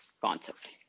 concept